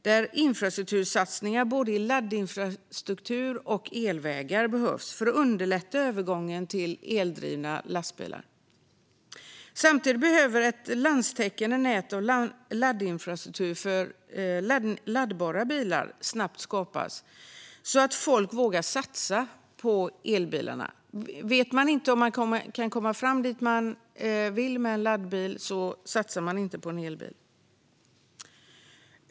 Där behövs infrastruktursatsningar i både laddinfrastruktur och elvägar för att underlätta övergången till eldrivna lastbilar. Samtidigt behöver ett landstäckande nät av laddinfrastruktur för laddbara bilar snabbt skapas, så att folk vågar satsa på elbilarna. Vet man inte om man kan komma dit man vill med en laddbil satsar man inte på en elbil.